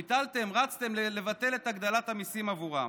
ביטלתם, רצתם לבטל את הגדלת המיסים עבורם.